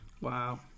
wow